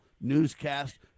newscast